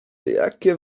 jakie